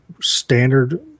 standard